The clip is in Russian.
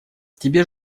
тебе